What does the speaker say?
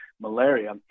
malaria